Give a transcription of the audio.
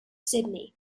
sydney